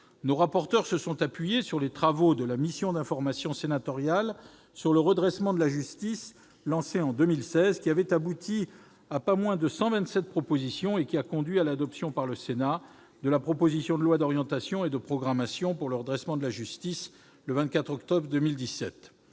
Nos corapporteurs se sont appuyés sur les travaux de la mission d'information sénatoriale sur le redressement de la justice, lancée en 2016. Celle-ci avait abouti à pas moins de 127 propositions, et elle a conduit à l'adoption par le Sénat de la proposition de loi d'orientation et de programmation pour le redressement de la justice, le 24 octobre 2017.